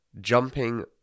jumping